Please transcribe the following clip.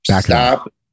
stop